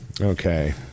okay